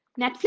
Netflix